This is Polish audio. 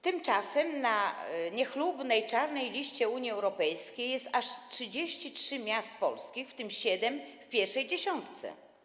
Tymczasem na niechlubnej czarnej liście Unii Europejskiej są aż 33 polskie miasta, w tym siedem w pierwszej dziesiątce.